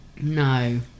No